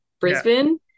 Brisbane